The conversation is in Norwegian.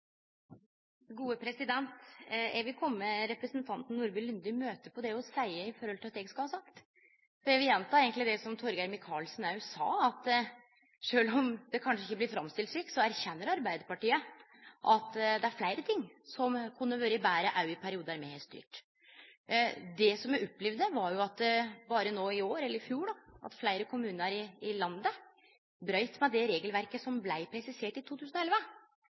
Eg vil imøtegå representanten Nordby Lunde på det ho seier at eg skal ha sagt. Eg vil gjenta det som Torgeir Micaelsen òg sa, at sjølv om det kanskje ikkje blir framstilt slik, erkjenner Arbeidarpartiet at det er fleire ting som kunne vore betre òg i perioden me har styrt. Det som eg opplevde, var at berre i fjor braut fleire kommunar i landet det regelverket som blei presisert i 2011.